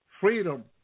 freedom